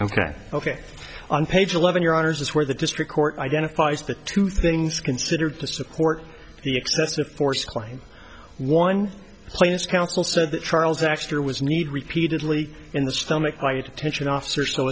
really ok ok on page eleven your honour's this where the district court identifies the two things considered to support the excessive force claim one plaintiff counsel said that charles extra was need repeatedly in the stomach by attention officer so